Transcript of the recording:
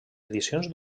edicions